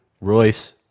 Royce